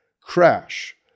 crash